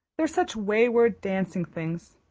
they're such wayward, dancing things.